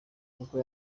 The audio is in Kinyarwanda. kuko